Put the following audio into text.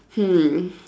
hmm